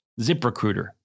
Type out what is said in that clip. ZipRecruiter